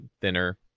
thinner